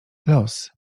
los